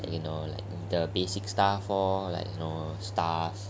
you know like the basic star for like you know stars